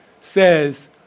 says